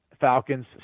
Falcons